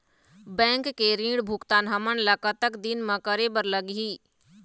Bank के ऋण भुगतान हमन ला कतक दिन म करे बर लगही?